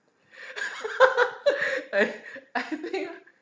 I I think